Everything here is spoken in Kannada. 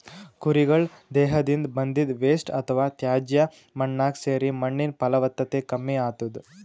ಕುರಿಗಳ್ ದೇಹದಿಂದ್ ಬಂದಿದ್ದ್ ವೇಸ್ಟ್ ಅಥವಾ ತ್ಯಾಜ್ಯ ಮಣ್ಣಾಗ್ ಸೇರಿ ಮಣ್ಣಿನ್ ಫಲವತ್ತತೆ ಕಮ್ಮಿ ಆತದ್